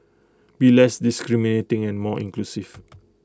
be less discriminating and more inclusive